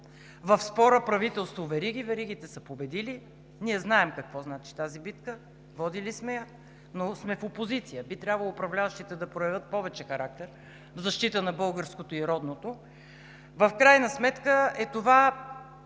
в спора правителство – вериги, веригите са победили. Ние знаем какво значи тази битка, водили сме я, но сме в опозиция. Би трябвало управляващите да проявят повече характер в защита на българското и родното. В крайна сметка е това